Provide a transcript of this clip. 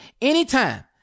anytime